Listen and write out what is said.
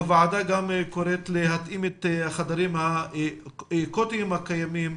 הוועדה גם קוראת להתאים את החדרים האקוטיים הקיימים,